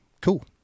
Cool